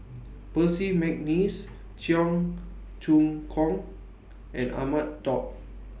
Percy Mcneice Cheong Choong Kong and Ahmad Daud